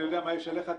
אני יודע מה יש עליך.